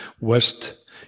West